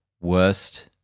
worst